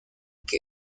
que